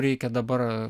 reikia dabar